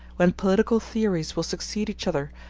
when political theories will succeed each other,